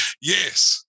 Yes